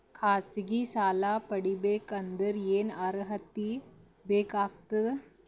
ಖಾಸಗಿ ಸಾಲ ಪಡಿಬೇಕಂದರ ಏನ್ ಅರ್ಹತಿ ಬೇಕಾಗತದ?